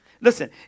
Listen